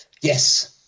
Yes